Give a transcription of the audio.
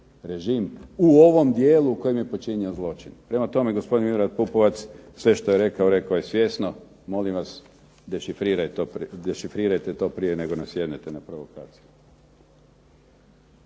u ovom dijelu u kojem je učinio zločin. Prema tome, gospodin Milorad Pupovac sve što je rekao rekao je svjesno, molim dešifrirajte to prije nego nasjednete na provokacije.